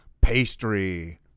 Pastry